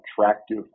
attractive